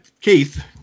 Keith